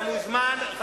אתה מוזמן,